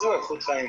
זו איכות חיים.